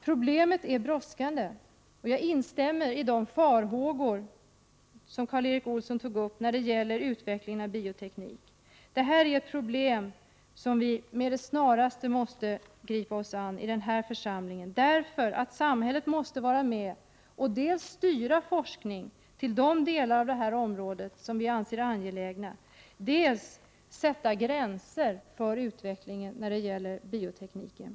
Problemet är brådskande, och jag instämmer i de farhågor som Karl Erik Olsson tog upp när det gäller utvecklingen av bioteknik. Det här är ett problem som vi med det snaraste måste gripa oss an i denna församling. Samhället måste nämligen vara med och dels styra forskningen till de delar av det här området som vi anser angelägna, dels sätta gränser för utvecklingen när det gäller biotekniken.